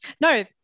no